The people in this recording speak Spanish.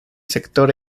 sector